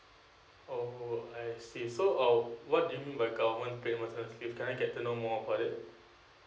oh I see so of what do you mean by government paid maternity can I get to know more about it